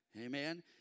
Amen